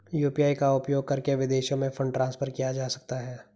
UPI का उपयोग करके विदेशों में फंड ट्रांसफर किया जा सकता है?